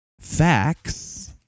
facts